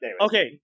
Okay